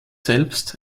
selbst